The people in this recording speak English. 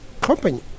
company